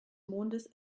mondes